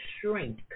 shrink